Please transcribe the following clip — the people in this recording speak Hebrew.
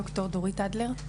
דוקטור דורית אדלר.